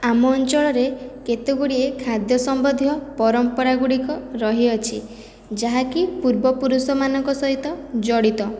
ଆମ ଅଞ୍ଚଳରେ କେତେ ଗୁଡ଼ିଏ ଖାଦ୍ୟ ସମ୍ବନ୍ଧୀୟ ପରମ୍ପରା ଗୁଡ଼ିକ ରହିଅଛି ଯାହାକି ପୂର୍ବ ପୁରୁଷ ମାନଙ୍କ ସହିତ ଜଡ଼ିତ